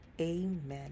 amen